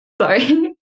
sorry